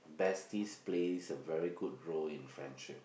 besties play a very good role in friendship